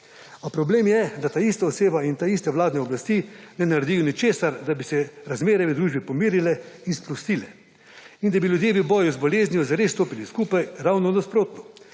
A problem je, da taista oseba in taiste vladne oblasti ne naredijo ničesar, da bi se razmere v družbi pomirile in sprostile in da bi ljudje v boju z boleznijo zares stopili skupaj. Ravno nasprotno.